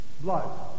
Blood